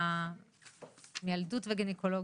מיילדות וגניקולוגיה.